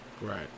Right